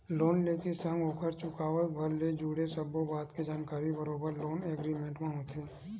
loan ले के संग ओखर चुकावत भर ले जुड़े सब्बो बात के जानकारी बरोबर लोन एग्रीमेंट म होथे